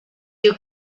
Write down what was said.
you